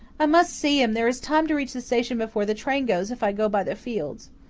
i must see him there is time to reach the station before the train goes if i go by the fields.